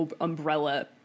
umbrella